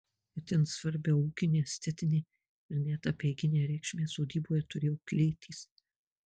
itin svarbią ūkinę estetinę ir net apeiginę reikšmę sodyboje turėjo klėtys